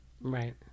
right